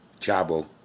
Chabo